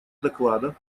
доклада